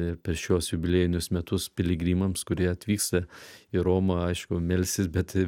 ir per šiuos jubiliejinius metus piligrimams kurie atvyksta į romą aišku melstis bet